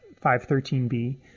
513b